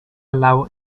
allow